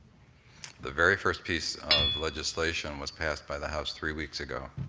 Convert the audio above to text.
the very first piece of legislation was passed by the house three weeks ago,